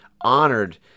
Honored